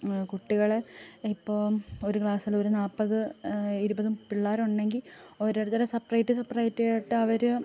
കുട്ടികളെ ഇപ്പോൾ ഒരു ക്ലാസ്സിലൊരു നാൽപ്പത് ഇരുപതും പിള്ളേരുണ്ടെങ്കിൽ ഓരോരുത്തരെ സെപ്പറേറ്റ് സെപ്പറേറ്റ് ആയിട്ട് അവർ